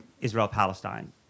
Israel-Palestine